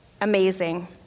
amazing